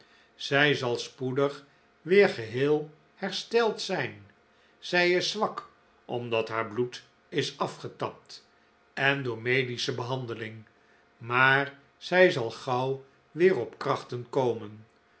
zij zal spoedig weer geheel hersteld zijn zij is zwak omdat haar bloed is afgetapt en door medische behandeling maar zij zal gauw weer op krachten komen